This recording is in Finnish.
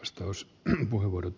herra puhemies